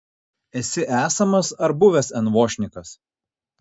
esi esamas ar buvęs envošnikas